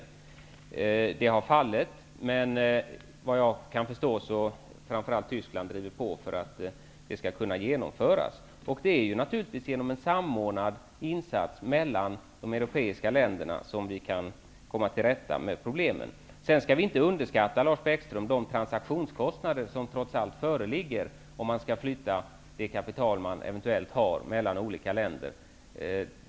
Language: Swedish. Förslaget har fallit, men vad jag kan förstå driver framför allt Tyskland på för att det skall kunna genomföras. Det är naturligtvis genom en samordnad insats mellan de europeiska länderna som vi kan komma till rätta med problemen. Vi skall inte underskatta de transaktionskostnader som trots allt föreligger, om man skall flytta eventuellt kapital mellan olika länder.